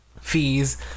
fees